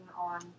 on